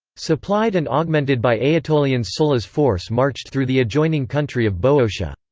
supplied and augmented by aetolians sulla's force marched through the adjoining country of boeotia.